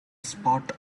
spot